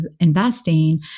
investing